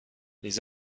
les